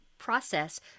process